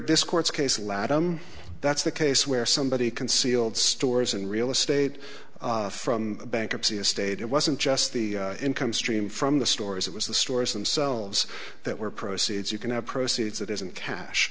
his court's case latham that's the case where somebody concealed stores and real estate from bankruptcy estate it wasn't just the income stream from the stores it was the stores themselves that were proceeds you can have proceeds that isn't cash